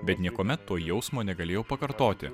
bet niekuomet to jausmo negalėjau pakartoti